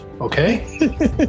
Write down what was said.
okay